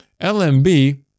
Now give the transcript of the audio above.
LMB